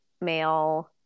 male